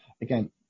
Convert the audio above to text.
again